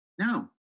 No